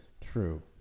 True